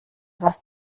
was